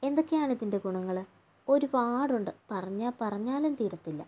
എന്തൊക്കെയാണ് ഇതിൻ്റെ ഗുണങ്ങൾ ഒരുപാടുണ്ട് പറഞ്ഞാലും പറഞ്ഞാലും തീരത്തില്ല